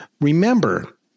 Remember